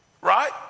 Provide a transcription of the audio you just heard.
right